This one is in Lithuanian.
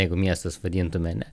jeigu miestais vadintume ane